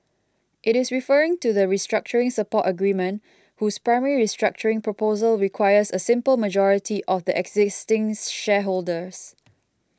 it is referring to the restructuring support agreement whose primary restructuring proposal requires a simple majority of the existing shareholders